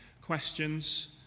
questions